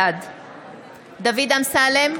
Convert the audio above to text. בעד דוד אמסלם,